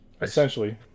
Essentially